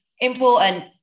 important